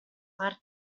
parte